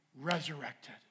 resurrected